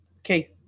Okay